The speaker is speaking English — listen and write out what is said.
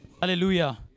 Hallelujah